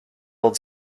old